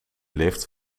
lift